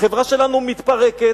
החברה שלנו מתפרקת,